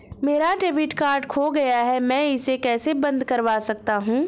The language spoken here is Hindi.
मेरा डेबिट कार्ड खो गया है मैं इसे कैसे बंद करवा सकता हूँ?